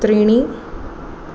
त्रीणि